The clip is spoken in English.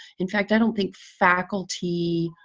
in fact i don't think faculty.